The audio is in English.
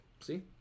See